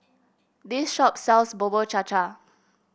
this shop sells Bubur Cha Cha